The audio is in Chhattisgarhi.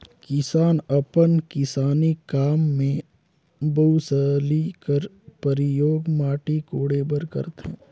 किसान अपन किसानी काम मे बउसली कर परियोग माटी कोड़े बर करथे